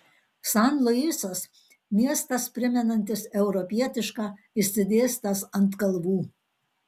san luisas miestas primenantis europietišką išsidėstęs ant kalvų